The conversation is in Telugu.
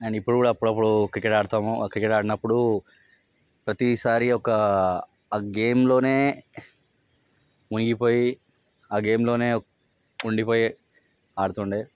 నేను ఇప్పుడు కూడా అప్పుడప్పుడు క్రికెట్ ఆడుతాము క్రికెట్ ఆడినప్పుడు ప్రతిసారి ఒక గేమ్లోనే మునిగిపోయి ఆ గేమ్లోనే ఉండిపోయి ఆడుతుండె